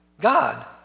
God